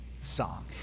song